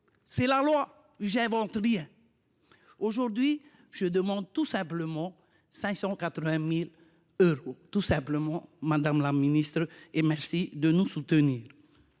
C’est la loi, je n’invente rien ! Aujourd’hui, je demande tout simplement 580 000 euros. Tout simplement, madame la ministre ! Du reste, je vous remercie